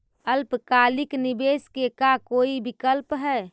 अल्पकालिक निवेश के का कोई विकल्प है?